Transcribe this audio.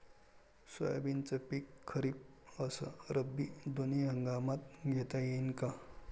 सोयाबीनचं पिक खरीप अस रब्बी दोनी हंगामात घेता येईन का?